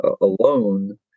alone